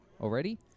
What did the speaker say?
already